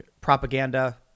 propaganda